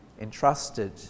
entrusted